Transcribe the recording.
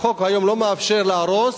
החוק היום לא מאפשר להרוס,